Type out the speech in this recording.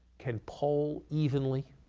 can poll evenly